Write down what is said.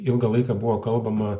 ilgą laiką buvo kalbama